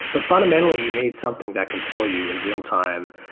but fundamentally, you need something that can tell you in real-time